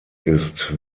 ist